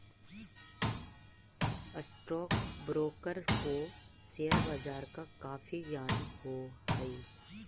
stock broker को share बाजार का काफी ज्ञान हो हई